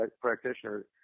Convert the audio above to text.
practitioner